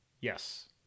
Yes